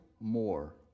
more